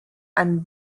ein